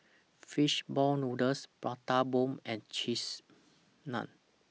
Fish Ball Noodles Prata Bomb and Cheese Naan